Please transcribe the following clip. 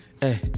hey